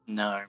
no